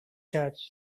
church